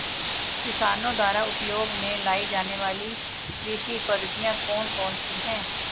किसानों द्वारा उपयोग में लाई जाने वाली कृषि पद्धतियाँ कौन कौन सी हैं?